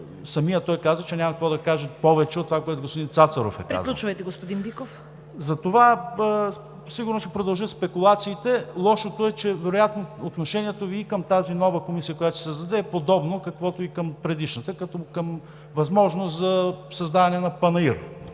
самият той каза, че няма какво повече да каже от това, което господин Цацаров е казал. ПРЕДСЕДАТЕЛ ЦВЕТА КАРАЯНЧЕВА: Приключвайте, господин Биков! ТОМА БИКОВ: Затова сигурно ще продължат спекулациите. Лошото е, че вероятно отношението Ви и към тази нова комисия, която ще се създаде, е подобно, каквото и към предишната, като към възможност за създаване на панаир.